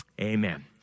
amen